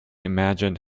imagined